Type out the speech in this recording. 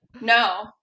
No